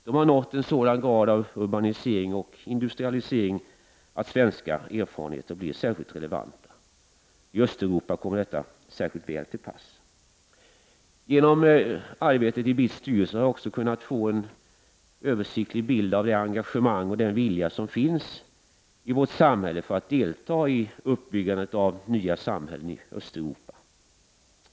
De har nått en sådan grad av urbanisering och industrialisering att svenska erfarenheter blir särskilt relevanta. I Östeuropa kommer detta mycket väl till pass. Genom arbetet i BITS styrelse har jag också kunnat få en översiktlig bild av det engagemang och den vilja som finns i vårt land för att delta i uppbyg gandet av nya samhällen i Östeuropa.